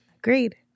Agreed